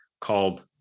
called